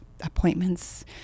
appointments